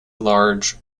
large